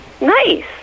Nice